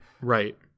Right